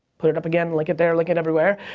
put it up again, link it there, link it everywhere